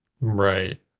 Right